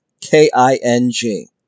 K-I-N-G